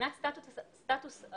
מבחינת סטטוס התיקים